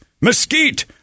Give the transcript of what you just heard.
Mesquite